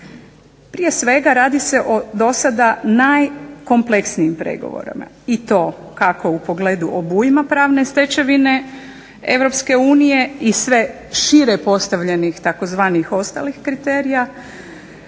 Prije svega, radi se o do sada najkompleksnijim pregovorima i to kako u pogledu obujma pravne stečevine Europske unije i sve šire postavljenih tzv. ostalih kriterija,